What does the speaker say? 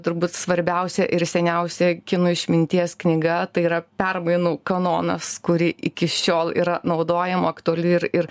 turbūt svarbiausia ir seniausia kinų išminties knyga tai yra permainų kanonas kuri iki šiol yra naudojama aktuali ir ir